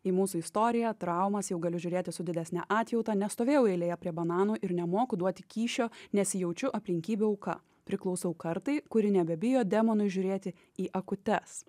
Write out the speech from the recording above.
į mūsų istoriją traumas jau galiu žiūrėti su didesne atjauta nestovėjau eilėje prie bananų ir nemoku duoti kyšio nesijaučiu aplinkybių auka priklausau kartai kuri nebebijo demonui žiūrėti į akutes